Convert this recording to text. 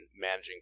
managing